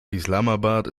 islamabad